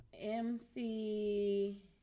MC